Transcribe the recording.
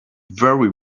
very